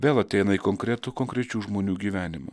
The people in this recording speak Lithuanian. vėl ateina į konkretų konkrečių žmonių gyvenimą